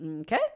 Okay